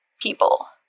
people